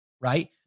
right